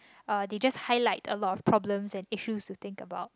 uh they just highlight a lot of problems and issues to think about